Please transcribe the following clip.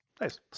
nice